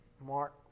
Mark